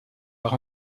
par